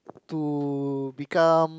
to become